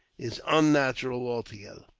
is onnatural altogether.